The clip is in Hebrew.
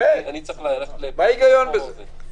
מה ההיגיון בזה?